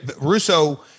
Russo